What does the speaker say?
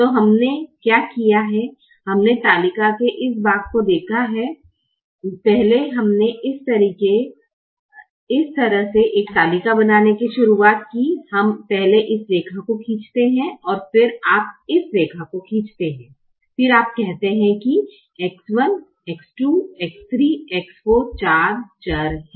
तो हमने क्या किया है हमने तालिका के इस भाग को देखा है पहले हमने इस तरह से एक तालिका बनाने के साथ शुरुआत की हम पहले इस रेखा को खींचते हैं और फिर आप इस रेखा को खींचते हैं और फिर आप कहते हैं कि X1 X2 X3 X4 चार चर हैं